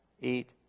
eat